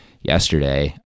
yesterday